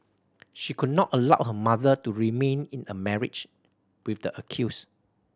she could not allow her mother to remain in a marriage with the accused